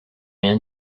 rien